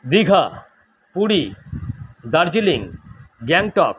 Digha Puri Darjeeling Gangtok